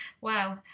Wow